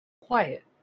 quiet